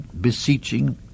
beseeching